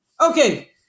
Okay